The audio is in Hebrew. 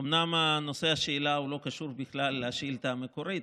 אומנם נושא השאלה לא קשור בכלל לשאילתה המקורית,